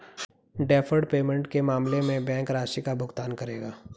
deferred payment के मामले में बैंक राशि का भुगतान करेगा